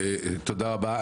תודה רבה.